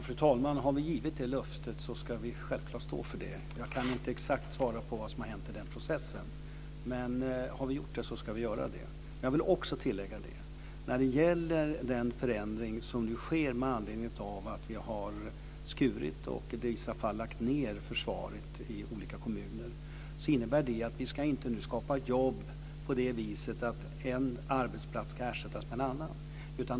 Fru talman! Har vi givit det löftet ska vi självklart stå för det. Jag kan inte exakt svara på vad som har hänt i den processen. Men har vi lovat det här så ska vi göra det. Jag vill också tillägga något om den förändring som nu sker med anledning av att vi har skurit ned och i vissa fall lagt ned försvaret i olika kommuner. Det innebär inte att vi ska skapa jobb på det viset att en arbetsplats ska ersättas av en annan.